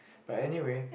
but anyway